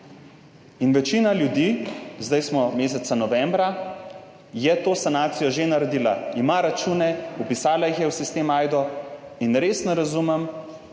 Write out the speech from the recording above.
In večina ljudi, zdaj smo meseca novembra, je to sanacijo že naredila, ima račune, vpisala jih je v sistem Ajdo, in res ne razumem